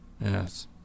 Yes